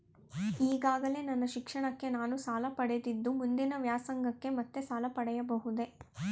ಈಗಾಗಲೇ ನನ್ನ ಶಿಕ್ಷಣಕ್ಕೆ ನಾನು ಸಾಲ ಪಡೆದಿದ್ದು ಮುಂದಿನ ವ್ಯಾಸಂಗಕ್ಕೆ ಮತ್ತೆ ಸಾಲ ಪಡೆಯಬಹುದೇ?